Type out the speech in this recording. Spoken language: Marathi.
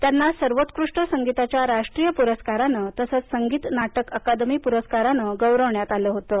त्यांना सर्वोत्कृष्ट संगीताच्या राष्ट्रीय पुरस्कारानं तसंच संगीत नाटक अकादमी पुरस्कारानं गौरवलं होतं